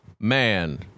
Man